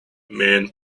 men